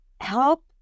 help